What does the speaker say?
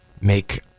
make